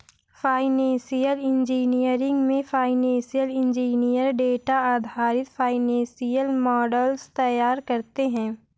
financial engineering में financial engineer data आधारित financial models तैयार करते है